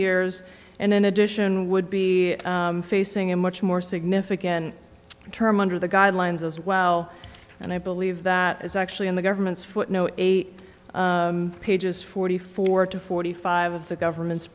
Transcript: years and in addition would be facing a much more significant term under the guidelines as well and i believe that is actually in the government's footnote eight pages forty four to forty five of the government's